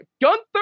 Gunther